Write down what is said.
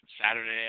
Saturday